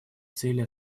цели